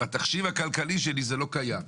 בתחשיב הכלכלי שלי זה לא קיים.